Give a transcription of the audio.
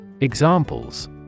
Examples